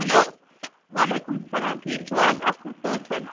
hello وعلیکُم سَلام ٹھیٖک چھُو حظ اَصٕل پٲٹھۍ